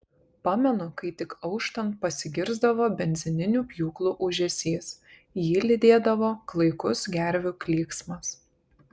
pamenu kai tik auštant pasigirsdavo benzininių pjūklų ūžesys jį lydėdavo klaikus gervių klyksmas